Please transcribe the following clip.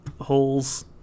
holes